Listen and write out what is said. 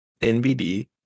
NBD